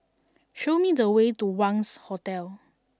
show me the way to Wangz Hotel